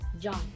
John